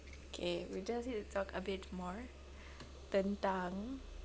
okay we just need to talk a bit more tentang